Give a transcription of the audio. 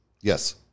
Yes